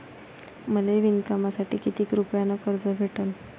मले विणकामासाठी किती रुपयानं कर्ज भेटन?